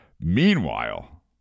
Meanwhile